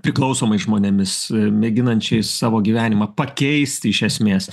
priklausomais žmonėmis mėginančiais savo gyvenimą pakeist iš esmės